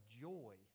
joy